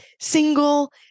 single